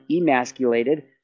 emasculated